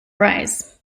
rise